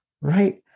Right